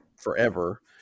forever